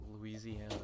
Louisiana